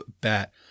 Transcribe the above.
bat